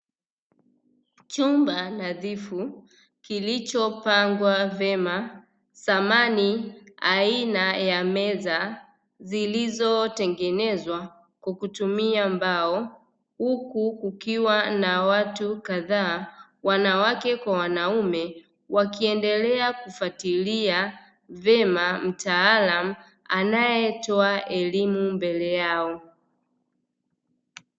Chumba nadhifu kilichopangwa vyema samani aina ya meza zilizotengenezwa kwa kutumia mbao, huku kukiwa na watu kadhaa wanawake kwa wanaume, wakiendelea kufuatilia vyema mtaalam anayetoa elimu mbele yao.